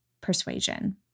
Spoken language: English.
Persuasion